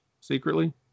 secretly